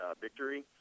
victory